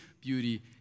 beauty